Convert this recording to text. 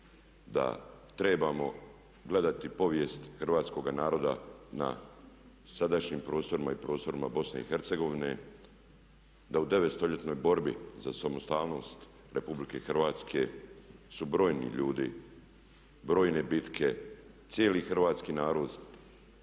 da trebamo gledati povijest hrvatskoga naroda na sadašnjim prostorima i prostorima Bosne i Hercegovine, da u devet stoljetnoj borbi za samostalnost Republike Hrvatske su brojni ljudi, brojne bitke, cijeli hrvatski narod